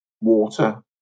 water